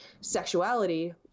sexuality